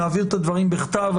נעביר את הדברים בכתב.